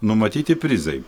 numatyti prizai